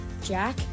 Jack